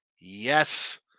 Yes